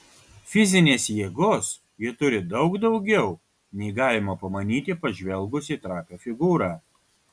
fizinės jėgos ji turi daug daugiau nei galima pamanyti pažvelgus į trapią figūrą